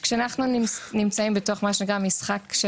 כשאנחנו נמצאים בתוך מה שנקרא המשחק של